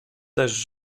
też